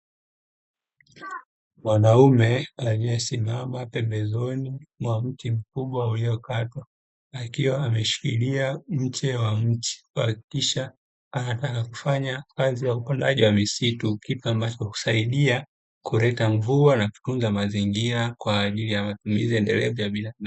Mwanaume aliyesimama pembezoni mwa mti mkubwa uliokatwa, akiwa ameshikilia mche wa mti kuhakikisha anataka kufanya kazi ya upandaji wa misitu, kitu ambacho husaidia kuleta mvua na kutunza mazingira kwa ajili ya matumizi endelevu ya binadamu.